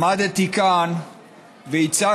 עמדתי כאן והצגתי,